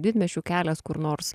didmiesčių kelias kur nors